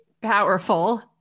powerful